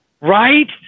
Right